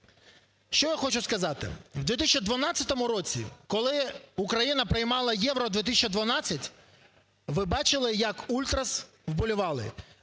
Що я хочу сказати? У 2012 році, коли Україна приймала "Євро-2012", ви бачили, як ультрас вболівали,